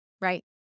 Right